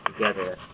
together